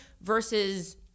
versus